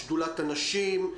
שדולת הנשים,